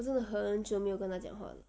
我真的很久没有跟他讲话了